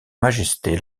majesté